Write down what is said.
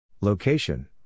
Location